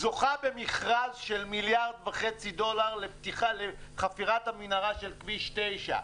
זוכה במכרז של 1.5 מיליארד דולר לפתיחה לחפירת המנהרה של כביש 9,